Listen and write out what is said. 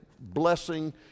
blessing